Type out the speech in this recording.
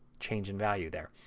change in value there.